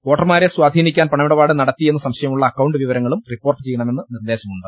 വോട്ടർമാരെ സ്വാധീനിക്കാൻ പണമിട്ടപാട് നടത്തിയെന്ന് സംശ യമുള്ള അക്കൌണ്ട് വിവരങ്ങളും റിപ്പോർട്ട് ചെയ്യണമെന്ന് നിർദേ ശമുണ്ട്